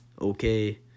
Okay